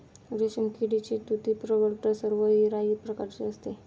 रेशीम किडीची तुती प्रवाळ टसर व इरा प्रकारची असते